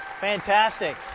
Fantastic